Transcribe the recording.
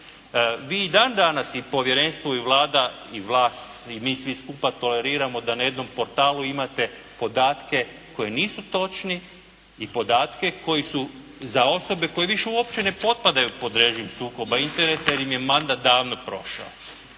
Vi i dan danas i povjerenstvo i Vlada i vlast i mi svi skupa toleriramo da na jednom portalu imate podatke koji nisu točni i podatke koji su, za osobe koje više uopće ne potpadaju pod režim sukoba interesa jer im je mandat davno prošao.